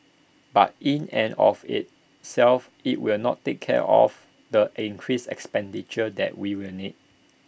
but in and of itself IT will not take care of the increased expenditure that we will need